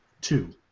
Two